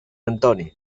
antoni